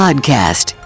Podcast